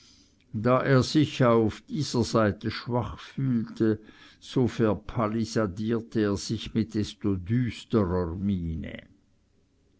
da er sich auf dieser seite schwach fühlte so verpalisadierte er sich mit desto